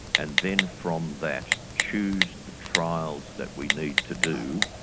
and then from that choose the trials that we need to do,